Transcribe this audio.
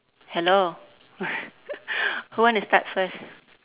hello who wanna start first